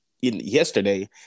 yesterday